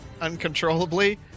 uncontrollably